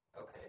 Okay